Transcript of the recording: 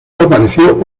apareció